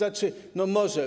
No, może.